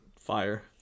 fire